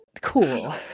Cool